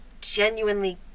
genuinely